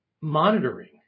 monitoring